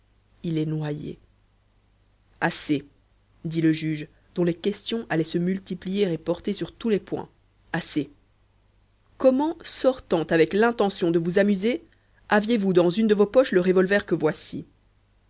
il est noyé assez dit le juge dont les questions allaient se multiplier et porter sur tous les points assez comment sortant avec l'intention de vous amuser aviez-vous dans une de vos poches le revolver que voici